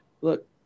look